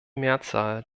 mehrzahl